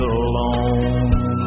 alone